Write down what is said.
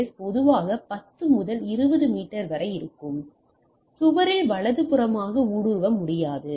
S பொதுவாக 10 முதல் 20 metre வரை இருக்கும் மேலும் சுவரில் வலதுபுறமாக ஊடுருவ முடியாது